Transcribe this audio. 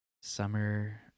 Summer